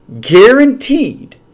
guaranteed